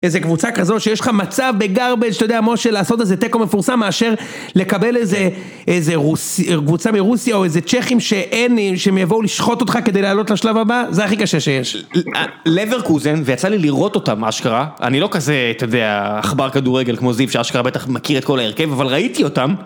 איזה קבוצה כזאת שיש לך מצב בגרבג׳ אתה יודע משה לעשות איזה תיקו מפורסם מאשר לקבל איזה קבוצה מרוסיה או איזה צ'כים שאין, שהם יבואו לשחוט אותך כדי לעלות לשלב הבא, זה הכי קשה שיש. לבר קוזן ויצא לי לראות אותם מה שקרה, אני לא כזה אתה יודע, עכבר כדורגל כמו זיו שאשכרה בטח מכיר את כל ההרכב אבל ראיתי אותם.